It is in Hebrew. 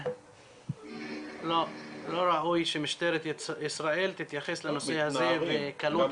אבל לא ראוי שמשטרת ישראל תתייחס לנושא הזה בקלות